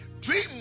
Dream